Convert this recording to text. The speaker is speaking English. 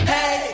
Hey